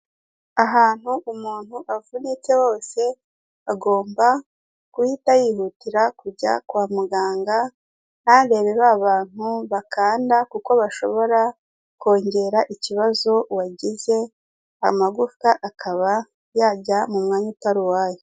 Ahantu umuntu avunitse hose agomba guhita yihutira kujya kwa muganga, ntarebe ba bantu bakanda kuko bashobora kongera ikibazo wagize amagufwa akaba yajya mu mwanya utari uwayo.